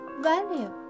value